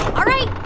all right,